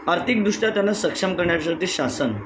आर्थिकदृष्ट्या त्यांना सक्षम करण्याच्यासाठी शासन